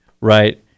right